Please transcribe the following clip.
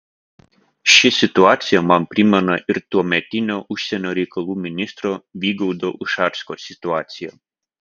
ši situacija man primena ir tuometinio užsienio reikalų ministro vygaudo ušacko situaciją